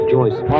Joyce